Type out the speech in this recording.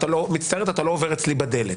אתה לא עובר אצלי בדלת.